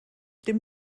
dem